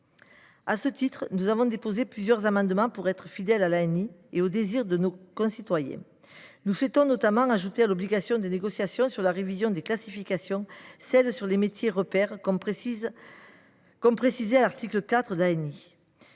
À cet effet, nous avons déposé plusieurs amendements pour être plus fidèles à l’ANI et aux désirs de nos concitoyens. Nous souhaitons notamment ajouter à l’obligation de négociation sur la révision des classifications celle sur les métiers repères, comme cela est précisé à l’article 4 de